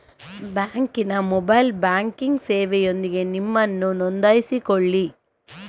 ಬ್ಯಾಂಕಿನ mobile banking ಸೇವೆಯೊಂದಿಗೆ ನಿಮ್ಮನ್ನು ನೋಂದಾಯಿಸಿಕೊಳ್ಳಿ